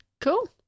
Cool